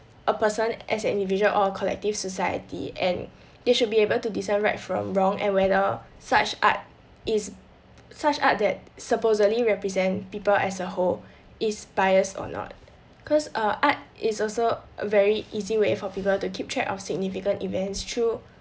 a person as an individual or a collective society and they should be able to decide right from wrong and whether such art is such art that supposedly represent people as a whole is biased or not cause our art is also a very easy way for people to keep track of significant events through